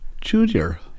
Junior